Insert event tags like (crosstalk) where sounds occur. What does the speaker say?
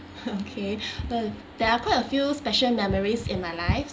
(laughs) okay (breath) but there are quite a few special memories in my life